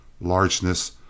Largeness